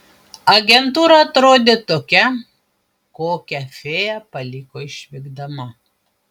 agentūra atrodė tokia kokią fėja paliko išvykdama